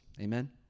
Amen